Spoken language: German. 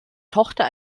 tochter